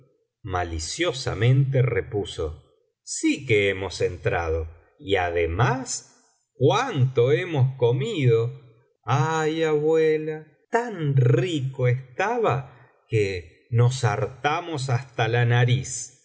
maliciosamente repuso sí que hemos entrado y además cuanto hemos comido ay abuela tan rico estaba que nos hartamos hasta la nariz